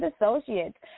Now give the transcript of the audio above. Associates